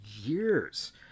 years